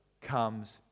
comes